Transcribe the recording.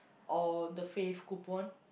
or the Fave coupon